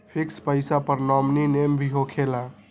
Fix पईसा पर nominee name भी होकेला?